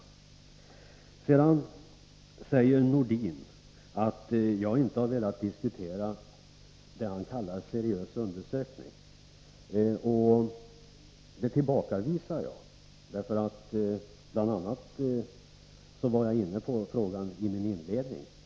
Nordin säger att jag inte har velat diskutera det han kallar seriös undersökning. Jag tillbakavisar det, därför att jag var inne på den frågan, bl.a. i min inledning.